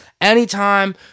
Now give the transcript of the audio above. Anytime